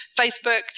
Facebook